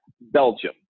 Belgium